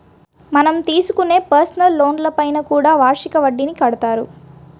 మనం తీసుకునే పర్సనల్ లోన్లపైన కూడా వార్షిక వడ్డీని కడతారు